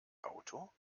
auto